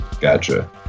Gotcha